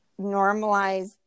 normalize